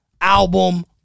Album